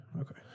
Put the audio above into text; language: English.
Okay